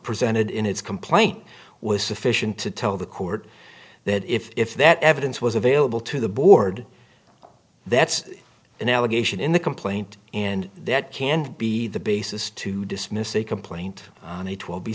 presented in its complaint was sufficient to tell the court that if that evidence was available to the board that's an allegation in the complaint and that can't be the basis to dismiss a complaint on it will be